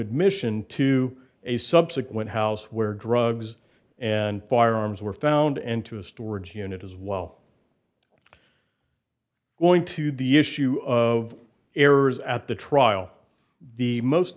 admission to a subsequent house where drugs and firearms were found and to a storage unit as well going to the issue of errors at the trial the most